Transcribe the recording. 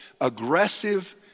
aggressive